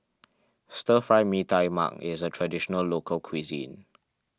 Stir Fry Mee Tai Mak is a Traditional Local Cuisine